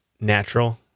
natural